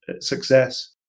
success